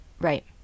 Right